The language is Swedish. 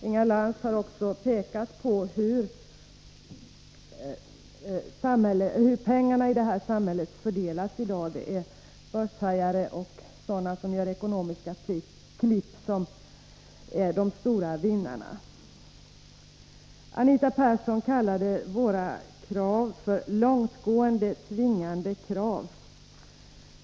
Inga Lantz har också pekat på hur pengarna i detta samhälle fördelas i dag — det är börshajar och sådana som gör ekonomiska klipp som är de stora vinnarna. Anita Persson kallade våra krav för långtgående, tvingande krav.